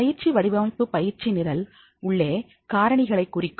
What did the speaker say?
பயிற்சி வடிவமைப்பு பயிற்சி நிரல் உள்ளே காரணிகளை குறிக்கும்